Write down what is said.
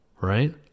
right